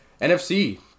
NFC